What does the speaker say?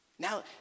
Now